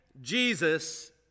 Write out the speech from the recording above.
Jesus